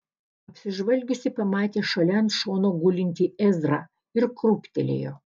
apsižvalgiusi pamatė šalia ant šono gulintį ezrą ir krūptelėjo